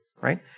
right